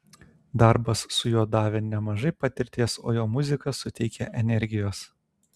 darbas su juo davė nemažai patirties o jo muzika suteikia energijos